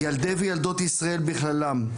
ילדי וילדות ישראל בכללם,